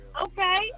Okay